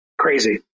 Crazy